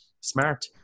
smart